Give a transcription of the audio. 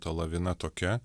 ta lavina tokia